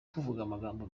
amagambo